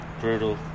brutal